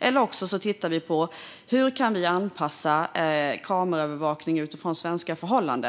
det, eller så tittar vi på hur vi kan anpassa kameraövervakning utifrån svenska förhållanden.